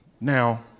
now